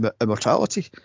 immortality